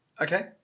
Okay